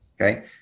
Okay